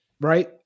right